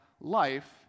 life